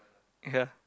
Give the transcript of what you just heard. ya